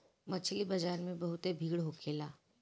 मछरी बाजार में बहुते भीड़ होखेला